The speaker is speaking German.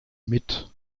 mit